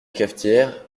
cafetière